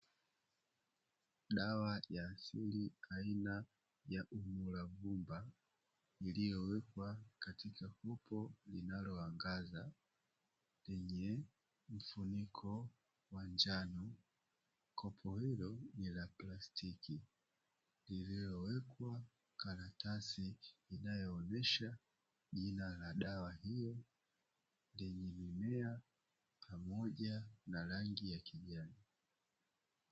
Dawa ya asili aina ya umulavumba iliyowekwa katika kopo linaloangaza, lenye mfuniko wa njano, kopo hilo ni la plastiki, iliyowekwa karatasi inayoonyesha jina la dawa hiyo lenye mimea pamoja na rangi ya kijani.